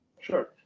Sure